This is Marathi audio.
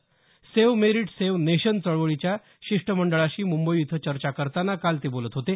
सेव्ह मेरिट सेव्ह नेशन चळवळीच्या शिष्टमंडळाशी मुंबई इथं चर्चा करताना काल ते बोलत होते